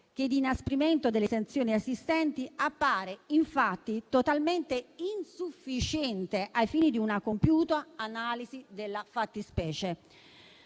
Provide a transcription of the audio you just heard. sia di inasprimento delle sanzioni assistenti, appare infatti totalmente insufficiente ai fini di una compiuta analisi della fattispecie.